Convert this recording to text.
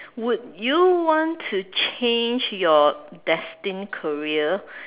would you want to change your destined career